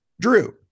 Drew